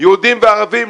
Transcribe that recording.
יהודים וערבים,